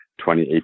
2018